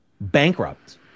bankrupt